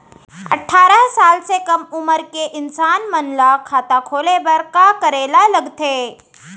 अट्ठारह साल से कम उमर के इंसान मन ला खाता खोले बर का करे ला लगथे?